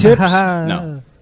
No